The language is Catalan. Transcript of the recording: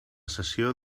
cessió